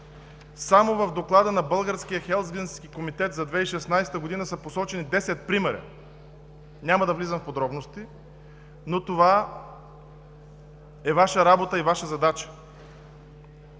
Само в Доклада на Българския хелзинкски комитет за 2016 г. са посочени 10 примера. Няма да влизам в подробности, но това е Ваша работа и Ваша задача.